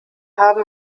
haben